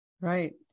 Right